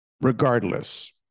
Regardless